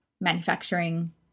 manufacturing